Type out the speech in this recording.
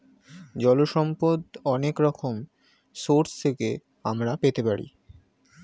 জল সম্পদ অনেক রকম সোর্স থেকে আমরা পেতে পারি